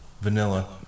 vanilla